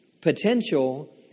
potential